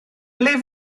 ble